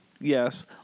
Yes